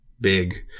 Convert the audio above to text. big